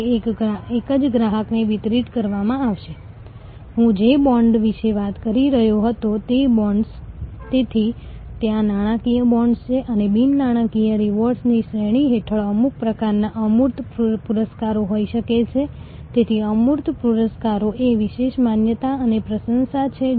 તેથી જો ગ્રાહકને નામથી આવકારવામાં આવે જો ગ્રાહક સાથે સ્મિત સાથે વ્યવહાર કરવામાં આવે જે પ્રોફેસર ચેટર્જી અનુસાર જોઈએ દેખીતી રીતે તે સેવા સ્થાપના મને આનંદિત કરે છે